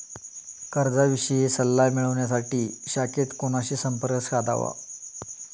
कर्जाविषयी सल्ला मिळवण्यासाठी शाखेत कोणाशी संपर्क साधावा?